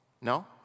No